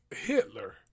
Hitler